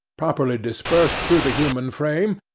properly dispersed through the human frame,